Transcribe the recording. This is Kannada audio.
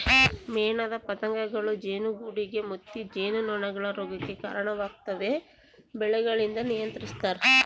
ಮೇಣದ ಪತಂಗಗಳೂ ಜೇನುಗೂಡುಗೆ ಮುತ್ತಿ ಜೇನುನೊಣಗಳ ರೋಗಕ್ಕೆ ಕರಣವಾಗ್ತವೆ ಬೆಳೆಗಳಿಂದ ನಿಯಂತ್ರಿಸ್ತರ